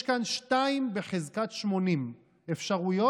יש כאן 2 בחזקת 80 אפשרויות